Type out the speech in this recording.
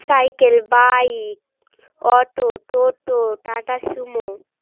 cycle bike auto toto Tata Sumo